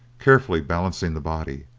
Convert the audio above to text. carefully balancing the body,